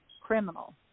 criminal